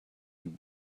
you